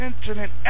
incident